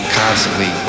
constantly